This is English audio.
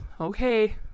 okay